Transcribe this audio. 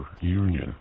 Union